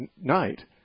night